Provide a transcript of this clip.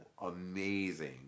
amazing